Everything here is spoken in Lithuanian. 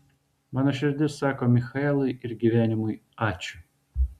mano širdis sako michaelui ir gyvenimui ačiū